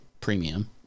premium